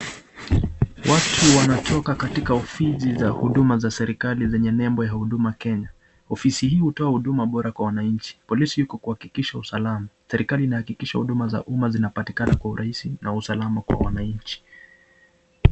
Watu wanatoka katika ofisi za huduma yenye nembo ya Huduma Kenya, ofisi hii hutoa huduma bora kwa wananchi, polisi yuko kuhakikisha usalama, serikali inahakikisha huduma za umma inapatikana kwa uraisi na usalama kwa wananchi.